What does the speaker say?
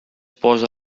posa